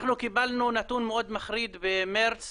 אנחנו קיבלנו נתון מאוד מחריד במרץ